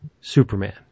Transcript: Superman